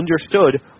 understood